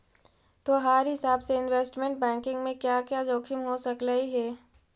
तोहार हिसाब से इनवेस्टमेंट बैंकिंग में क्या क्या जोखिम हो सकलई हे